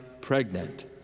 pregnant